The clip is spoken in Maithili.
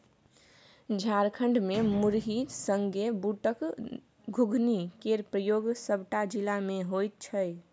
झारखंड मे मुरही संगे बुटक घुघनी केर प्रयोग सबटा जिला मे होइ छै